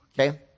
okay